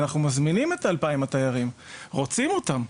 אנחנו מזמינים את ה-2,000 דיירים, רוצים אותם,